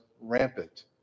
rampant